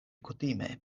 kutime